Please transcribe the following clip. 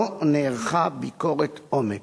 לא נערכה ביקורת עומק,